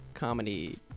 Comedy